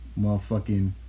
Motherfucking